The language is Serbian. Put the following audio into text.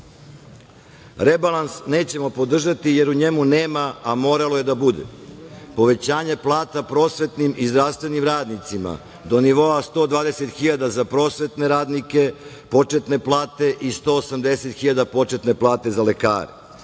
tonovima. Rebalans nećemo podržati jer u njemu nema, a moralo je da bude, povećanje plata prosvetnim i zdravstvenim radnicima do nivoa 120 hiljada za prosvetne radnike, početne plate i 180 hiljada početne plate za lekare.